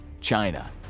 China